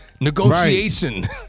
Negotiation